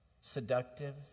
seductive